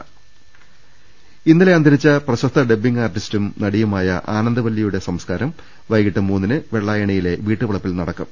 ദർവ്വെട്ടറ ഇന്നലെ അന്തരിച്ച പ്രശസ്ത ഡബ്ബിംഗ് ആർട്ടിസ്റ്റും നടിയുമായ ആനന്ദ വല്ലിയുടെ സംസ്കാരം വൈകീട്ട് മൂന്നിന് വെള്ളായണിയിലെ വീട്ടുവളപ്പിൽ നടക്കും